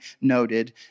noted